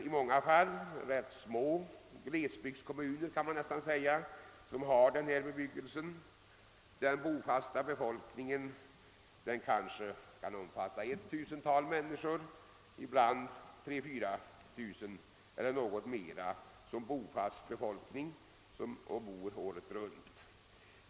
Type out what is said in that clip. I många fall är det rätt små kommuner — man kan näs tan kalla dem glesbygdskommuner — som har denna bebyggelse. Den bofasta befolkningen, som vistas på platsen året runt, uppgår vanligen till några tusental personer.